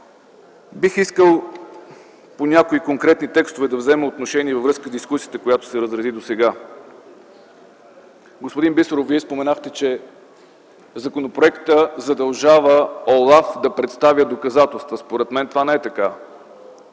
отношение по някои конкретни текстове във връзка с дискусията, която се разрази досега. Господин Бисеров, Вие споменахте, че законопроектът задължава ОЛАФ да представя доказателства. Според мен това не е така.